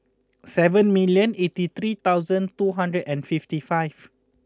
seven million eighty three thousand two hundred and fifty five